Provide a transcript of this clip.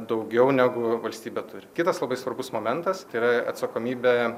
daugiau negu valstybė turi kitas labai svarbus momentas tai yra atsakomybė